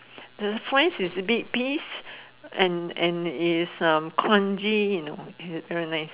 the fries is big piece and and is uh crunchy you know very nice